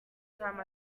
time